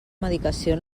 medicació